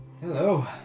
Hello